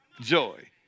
joy